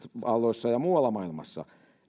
ja muualla maailmassa